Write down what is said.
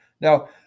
Now